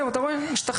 זהו אתה רואה השתחרר,